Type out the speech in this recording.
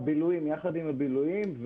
יחד עם הביל"ויים.